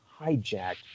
hijacked